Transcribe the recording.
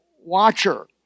watcher